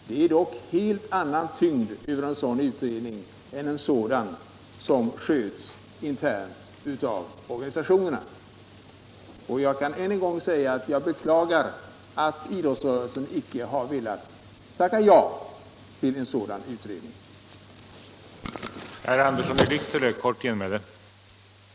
Det är dock en helt annan tyngd över en sådan utredning än över en utredning som sköts internt av organisationerna. Jag beklagar än en gång att idrottsrörelsen icke har velat tacka ja till en utredning av det slag reservanterna föreslår.